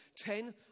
Ten